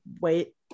wait